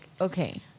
okay